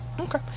Okay